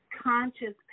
conscious